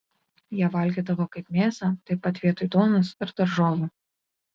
ją valgydavo kaip mėsą taip pat vietoj duonos ir daržovių